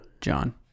john